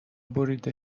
بریده